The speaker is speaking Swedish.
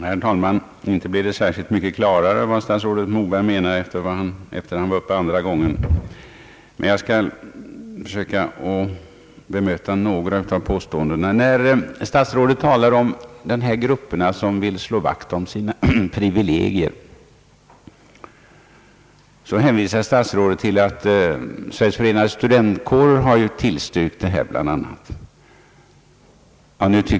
Herr talman! Vad statsrådet Moberg sade när han var uppe andra gången gjorde inte det hela mycket klarare. Jag skall ändock försöka bemöta några av påståendena. När statsrådet talar om de grupper som vill slå vakt om sina privilegier hänvisar han till att Sveriges förenade studentkårer bl.a. har tillstyrkt ifrågavarande förslag.